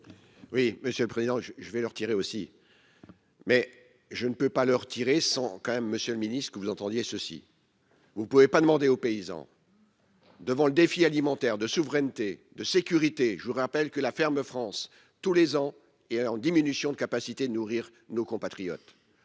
Oui, monsieur le président je je vais le retirer aussi. Mais je ne peux pas leur tirer quand même Monsieur le Ministre, que vous entendiez ceci : vous ne pouvez pas demander aux paysans. Devant le défi alimentaire de souveraineté, de sécurité, je vous rappelle que la ferme France tous les ans est en diminution de capacité nourrir nos compatriotes